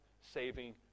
saving